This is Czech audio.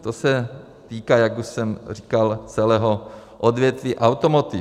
To se týká, jak už jsem říkal, celého odvětví automotiv.